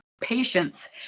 patience